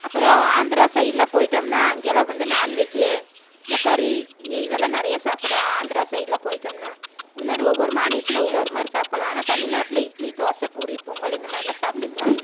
அப்புறோம் ஆந்திரா சைடுலான் போயிட்டோம்னா அங்கேலான் வந்து நான்வெஜ் இந்த கறி இதெல்லாம் நிறையா சாப்பிட்லான் ஆந்திரா சைடுலான் போயிட்டோம்னா அந்த மாதிரி ஒவ்வொரு மாநிலத்தில் ஒவ்வொரு மாதிரி சாப்பிட்லான் ஆனால் தமிழ்நாட்டில் இட்லி தோசை பூரி பொங்கல் இந்த மாதிரிலான் சாப்பிட்டுக்குளான்